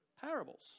parables